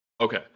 Okay